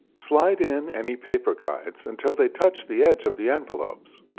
slide in any paper guides until they touch the edge of the envelopes.